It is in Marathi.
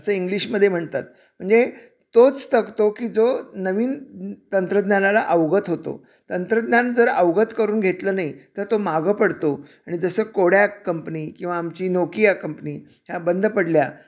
असं इंग्लिशमध्ये म्हणतात म्हणजे तोच तकतो की जो नवीन तंत्रज्ञानाला अवगत होतो तंत्रज्ञान जर अवगत करून घेतलं नाही तर तो मागं पडतो आणि जसं कोडॅक कंपनी किंवा आमची नोकिया कंपनी ह्या बंद पडल्या